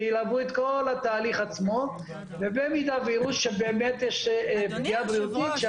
שילוו את כל התהליך עצמו ובמידה ויראו שבאמת יש פגיעה בריאותית,